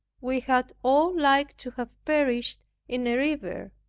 we had all liked to have perished in a river.